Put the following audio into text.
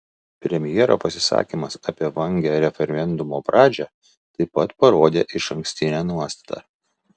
premjero pasisakymas apie vangią referendumo pradžią taip pat parodė išankstinę nuostatą